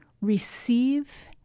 receive